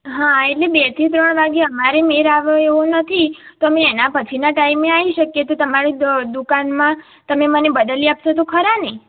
હા એટલે બે થી ત્રણ વાગે અમારે મેળ આવે એવું નથી તો અમે એનાં પછીના ટાઇમે આવી શકીએ તો તમારી દ દુકાનમાં તમે મને બદલી આપશો તો ખરા ને